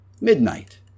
Midnight